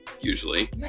usually